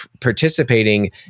participating